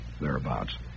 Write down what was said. thereabouts